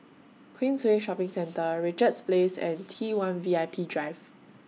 Queensway Shopping Centre Richards Place and T one V I P Drive